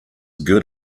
good